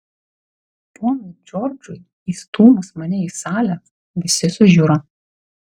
ponui džordžui įstūmus mane į salę visi sužiuro